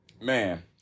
man